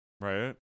Right